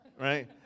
right